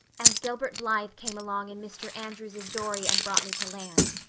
and gilbert blythe came along in mr. andrews's dory and brought me to land.